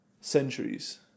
centuries